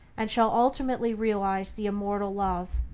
and shall ultimately realize the immortal love.